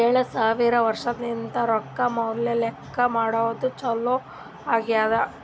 ಏಳು ಸಾವಿರ ವರ್ಷಲಿಂತೆ ರೊಕ್ಕಾ ಮ್ಯಾಲ ಲೆಕ್ಕಾ ಮಾಡದ್ದು ಚಾಲು ಆಗ್ಯಾದ್